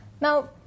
Now